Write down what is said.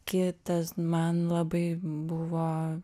kitas man labai buvo